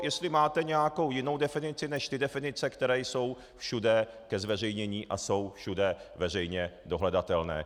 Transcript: Jestli máte nějakou jinou definici než definice, které jsou všude ke zveřejnění a jsou všude veřejně dohledatelné.